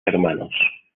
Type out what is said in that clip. hermanos